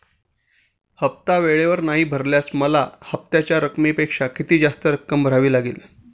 हफ्ता वेळेवर नाही भरल्यावर मला हप्त्याच्या रकमेपेक्षा किती जास्त रक्कम भरावी लागेल?